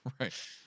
Right